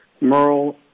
Merle